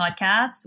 Podcast